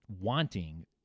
wanting